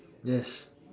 yes